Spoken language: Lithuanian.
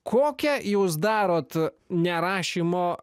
kokią jūs darot nerašymo